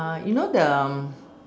uh you know the